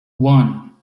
one